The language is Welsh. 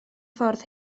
ffordd